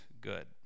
good